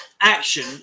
action